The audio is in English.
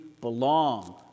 belong